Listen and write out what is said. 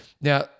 now